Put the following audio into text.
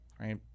right